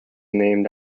named